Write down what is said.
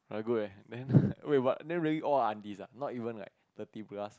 good eh then wait but then really all are aunties ah not even like thirty plus